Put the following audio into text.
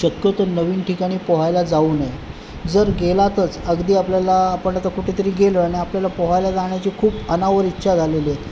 शक्यतो नवीन ठिकाणी पोहायला जाऊ नये जर गेलातच अगदी आपल्याला आपण आता कुठेतरी गेलो आहे आणि आपल्याला पोहायला जाण्याची खूप अनावर इच्छा झालेली आहे